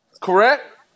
Correct